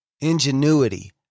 ingenuity